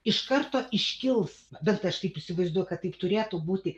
iš karto iškils bent aš taip įsivaizduoju kad taip turėtų būti